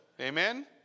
amen